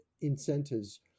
incentives